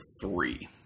three